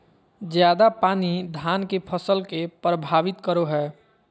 ज्यादा पानी धान के फसल के परभावित करो है?